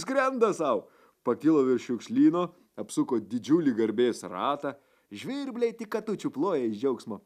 skrenda sau pakilo virš šiukšlyno apsuko didžiulį garbės ratą žvirbliai tik katučių ploja iš džiaugsmo